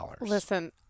Listen